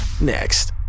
next